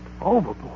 overboard